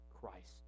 Christ